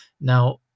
now